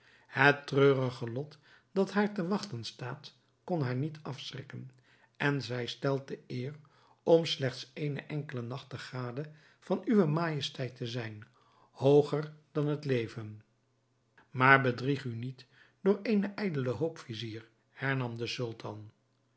het treurige lot dat haar te wachten staat kon haar niet afschrikken en zij stelt de eer om slechts eenen enkelen nacht de gade van uwe majesteit te zijn hooger dan het leven maar bedrieg u niet door eene ijdele hoop vizier hernam de sultan